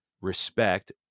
respect